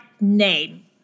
name